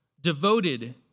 devoted